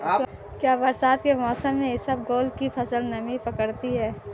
क्या बरसात के मौसम में इसबगोल की फसल नमी पकड़ती है?